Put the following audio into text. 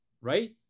right